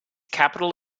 capital